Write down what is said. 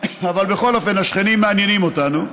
בכל אופן, השכנים מעניינים אותנו.